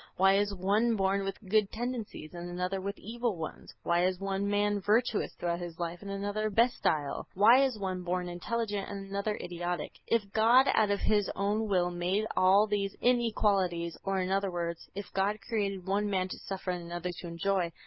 why is one born with good tendencies and another with evil ones? why is one man virtuous throughout his life and another bestial? why is one born intelligent and another idiotic? if god out of his own will made all these inequalities, or, in other words, if god created one man to suffer and another to enjoy,